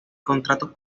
contratos